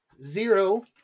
zero